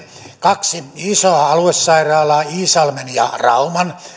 kaksi isoa aluesairaalaa iisalmen ja rauman